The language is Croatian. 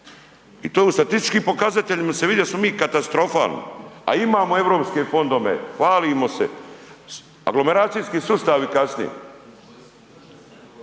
I to u statističkim pokazateljima se vidi da smo mi katastrofalni, a imamo europske fondove, hvalimo se. Aglomeracijski sustavi kasnije,